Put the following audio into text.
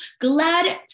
glad